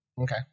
Okay